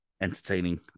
entertaining